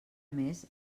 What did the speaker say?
més